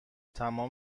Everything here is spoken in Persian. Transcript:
تمام